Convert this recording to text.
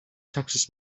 texas